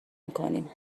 میکنیم